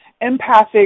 empathic